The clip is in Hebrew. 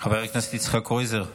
חבר הכנסת יצחק קרויזר,